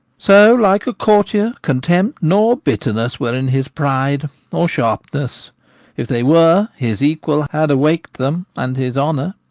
so like a courtier, contempt nor bitterness were in his pride or sharpness if they were, his equal had awak'd them and his honour,